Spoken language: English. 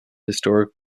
historic